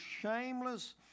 shameless